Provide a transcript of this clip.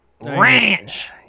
ranch